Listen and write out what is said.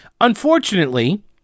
Unfortunately